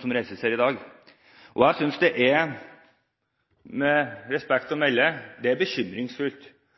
debatt her i dag. Jeg synes– med respekt å melde – det er bekymringsfullt at stadig flere mennesker ikke får hjelp til å komme inn i arbeidslivet, for det er